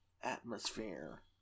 Atmosphere